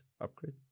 upgrade